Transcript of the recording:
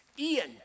Ian